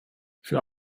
für